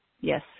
Yes